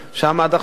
שם עד עכשיו,